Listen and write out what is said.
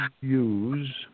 use